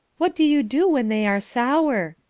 what do you do when they are sour?